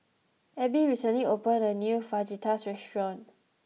Ebbie recently opened a new Fajitas restaurant